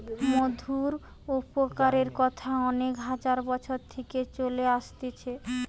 মধুর উপকারের কথা অনেক হাজার বছর থিকে চলে আসছে